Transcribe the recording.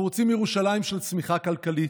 אנחנו רוצים ירושלים של צמיחה כלכלית,